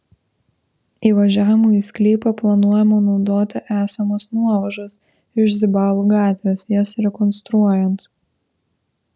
įvažiavimui į sklypą planuojama naudoti esamas nuovažas iš zibalų gatvės jas rekonstruojant